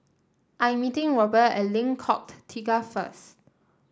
I am meeting Robt at Lengkok Tiga first